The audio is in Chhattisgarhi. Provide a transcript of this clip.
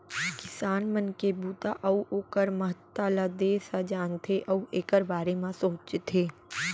किसान मन के बूता अउ ओकर महत्ता ल देस ह जानथे अउ एकर बारे म सोचथे